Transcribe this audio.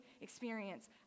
experience